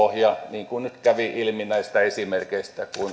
niin kuin nyt kävi ilmi näistä esimerkeistä